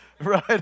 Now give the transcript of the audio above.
right